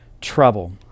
trouble